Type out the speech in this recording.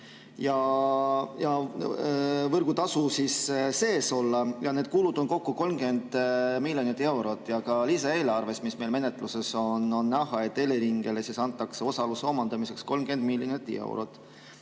võrgutasu sees olla, ja need kulud on kokku 30 miljonit eurot. Ka lisaeelarves, mis meil menetluses on, on näha, et Eleringile antakse osaluse omandamiseks 30 miljonit eurot